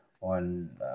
on